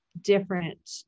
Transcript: different